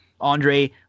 Andre